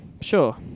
Sure